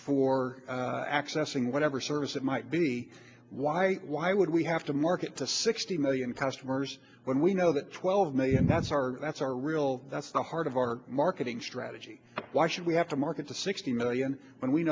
for accessing whatever service it might be why why would we have to market to sixty million customers when we know that twelve million that's our that's our real that's the heart of our marketing strategy why should we have to market to sixty million when we